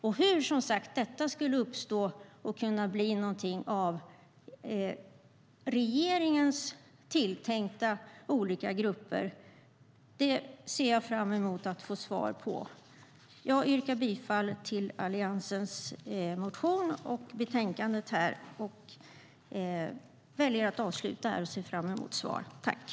Och som sagt, hur det skulle kunna uppstå och bli någonting av det genom regeringens olika tilltänkta grupper ser jag fram emot att få svar på.